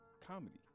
comedy